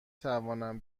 توانم